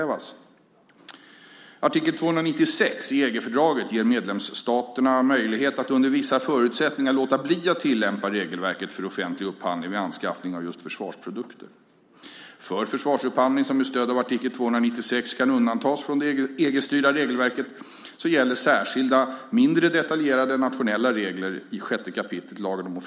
Artikel 296 i EG-fördraget ger medlemsstaten möjlighet att under vissa förutsättningar låta bli att tillämpa regelverket för offentlig upphandling vid anskaffning av försvarsprodukter. För försvarsupphandling som med stöd av artikel 296 kan undantas från det EG-styrda regelverket gäller särskilda, mindre detaljerade, nationella regler i 6 kap. LOU.